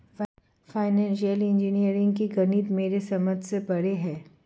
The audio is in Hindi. फाइनेंशियल इंजीनियरिंग का गणित मेरे समझ से परे है